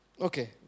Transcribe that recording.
Okay